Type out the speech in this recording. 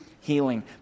healing